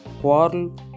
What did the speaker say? Quarrel